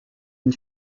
une